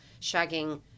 shagging